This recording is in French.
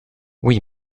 oui